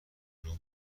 توپ